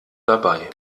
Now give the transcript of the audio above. dabei